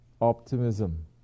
optimism